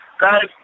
guys